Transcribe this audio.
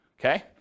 Okay